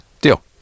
deal